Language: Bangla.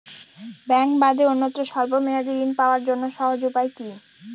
ব্যাঙ্কে বাদে অন্যত্র স্বল্প মেয়াদি ঋণ পাওয়ার জন্য সহজ উপায় কি?